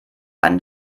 einen